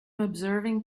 observing